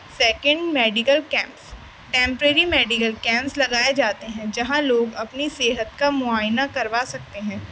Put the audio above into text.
second medical camps temporary medical camps لگائے جاتے ہیں جہاں لوگ اپنی صحت کا معائنہ کروا سکتے ہیں